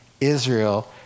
Israel